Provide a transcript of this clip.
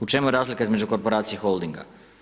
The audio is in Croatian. U čemu je razlika između korporacije i holdinga?